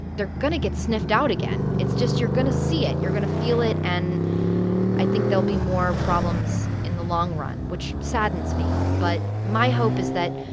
they're going to get sniffed out again. it's just you're going to see it. you're going to feel it. and i think there'll be more problems in the long run, which saddens me. but my hope is that,